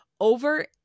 over